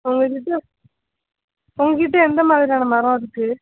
உங்கள் கிட்டே உங்கள் கிட்டே எந்த மாதிரியான மரம் இருக்குது